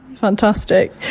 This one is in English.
fantastic